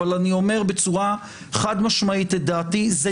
אבל אני אומר בצורה חד-משמעית את דעתי: זה